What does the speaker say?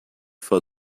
for